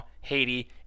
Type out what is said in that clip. Haiti